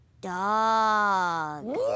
dog